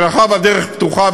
אבל מאחר שהדרך פתוחה,